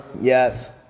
Yes